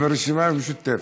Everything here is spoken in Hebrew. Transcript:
הרשימה המשותפת.